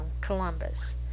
Columbus